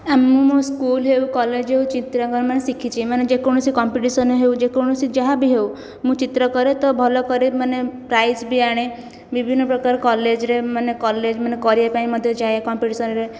ଆମ ମୋ ସ୍କୁଲ ହେଉ କଲେଜ ହେଉ ଚିତ୍ରାଙ୍କନ ମାନେ ଶିଖିଛି ମାନେ ଯେକୌଣସି କମ୍ପିଟିସନ ହେଉ ଯେକୌଣସି ଯାହା ବି ହେଉ ମୁଁ ଚିତ୍ର କରେ ତ ଭଲ କରେ ମାନେ ପ୍ରାଇଜ୍ ବି ଆଣେ ବିଭିନ୍ନ ପ୍ରକାର କଲେଜରେ ମାନେ କଲେଜ ମାନେ କରିବା ପାଇଁ ମଧ୍ୟ ଯାଏ କମ୍ପିଟିସନରେ